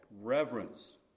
reverence